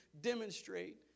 demonstrate